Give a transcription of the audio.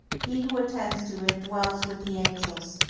he who attains to it dwells with the angels,